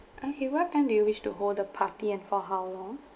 okay what time do you wish to hold the party and for how long